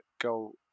go